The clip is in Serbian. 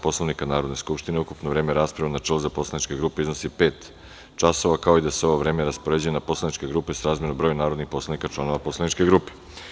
Poslovnika Narodne skupštine, ukupno vreme rasprave u načelu za poslaničke grupe iznosi pet časova, kao i da se ovo vreme raspoređuje na poslaničke grupe srazmerno broju narodnih poslanika članova poslaničke grupe.